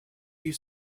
you